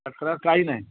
तक्रार काही नाही